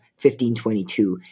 1522